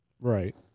right